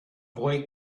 boy